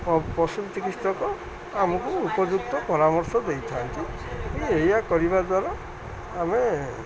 ପଶୁ ଚିକିତ୍ସକ ଆମକୁ ଉପଯୁକ୍ତ ପରାମର୍ଶ ଦେଇଥାନ୍ତି ଯେ ଏଇଆ କରିବା ଦ୍ୱାରା ଆମେ